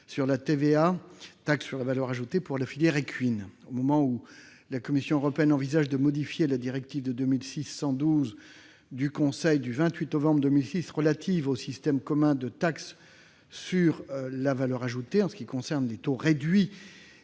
du passage au taux normal de TVA pour la filière équine. Au moment où la Commission européenne envisage de modifier la directive 2006/112/CE du Conseil du 28 novembre 2006 relative au système commun de taxe sur la valeur ajoutée en ce qui concerne les taux réduits,